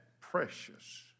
precious